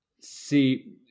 See